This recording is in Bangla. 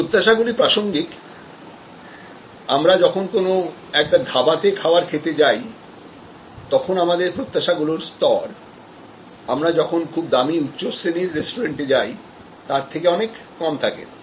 এই প্রত্যাশাগুলি প্রাসঙ্গিক আমরা যখন কোন একটা ধাবা তে খাবার খেতে যাই তখন আমাদের প্রত্যাশা গুলোরস্তর আমরা যখন খুব দামি উচ্চ শ্রেণীর রেস্টুরেন্টে যাই তার থেকে অনেক কম থাকে